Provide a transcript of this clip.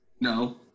No